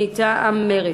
ממרצ,